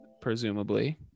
Presumably